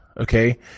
okay